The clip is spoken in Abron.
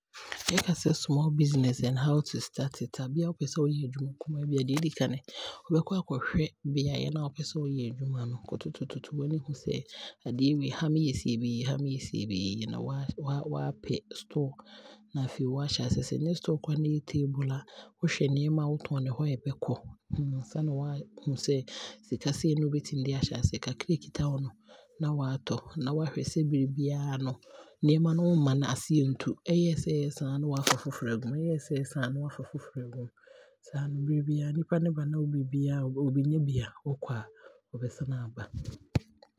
Yɛka sɛ small business anaa how to Start it a, bia wopɛsɛ woyɛ adwuma kumaa bia, deɛ ɛdikan, wobɛkɔ aakɔhwɛ beaeɛ no a wopɛsɛ wo yɛ adwuma no, wokɔtoto toto w'ani hu sɛ adeɛ wei ha me yɛ sei a ɛbɛyɛ yie ha yi me yɛ sei a ɛbɛyɛ yie na waa waapɛ store na afei waahyɛ aseɛ sɛ ɛnyɛ store koraa na sɛ table a, wohwɛ nneɛma a wotɔn a ɛbɛkɔ ansa na wahu sɛ sika sei ne mɛtumi de aahyɛ aseɛ, kakra a ɛkita wo no na waatɔ na waahwɛ sɛ bere biaa no nneɛma no womma aseɛ ntu ayɛ sɛɛ ɛɛsa no aa na waafa foforɔ aagu mu, ɛyɛɛ sɛ ɛɛsa aa na waafa foforɔ aagu mu. Saa no bere biaa nipa no ba na neɛ ɔɔpɛ no ɔnya bi a, ɔkɔ a, ɔbɛsan aaba.